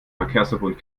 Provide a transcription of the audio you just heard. verkehrsverbund